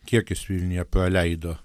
kiek jis vilniuje praleido